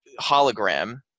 hologram